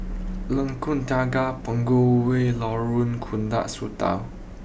Lengkong Tiga Punggol way Lorong Tukang Satu